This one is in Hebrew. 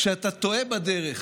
כשאתה טועה בדרך,